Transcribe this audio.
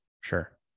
Sure